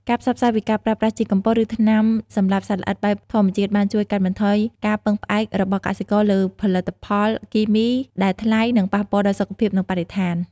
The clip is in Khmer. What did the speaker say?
ការផ្សព្វផ្សាយពីការប្រើប្រាស់ជីកំប៉ុស្ត ឬថ្នាំសម្លាប់សត្វល្អិតបែបធម្មជាតិ បានជួយកាត់បន្ថយការពឹងផ្អែករបស់កសិករលើផលិតផលគីមីដែលថ្លៃ និងប៉ះពាល់ដល់សុខភាព និងបរិស្ថាន។